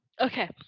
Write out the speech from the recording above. Okay